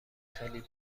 خیلی